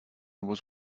was